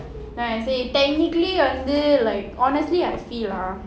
then I say technically வந்து:vandhu like honestly I feel ah